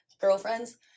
girlfriends